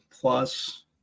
plus